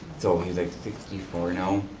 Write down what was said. so he's like sixty four now.